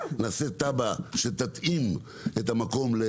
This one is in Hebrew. נעשה תב"ע שתתאים את המקום'.